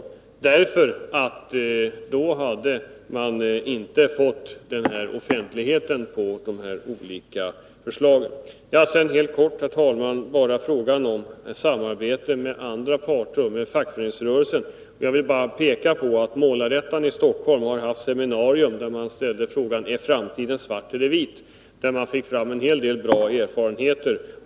Då hade nämligen de olika förslagen inte fått offentlighet. ; Sedan bara helt kort, herr talman, till frågan om samarbete med andra parter och med fackföreningsrörelsen. Jag vill bara peka på att Målarettan i Stockholm haft ett seminarium där man ställde frågan: Är framtiden svart eller vit? Man fick där fram en hel del bra erfarenheter.